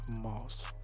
Moss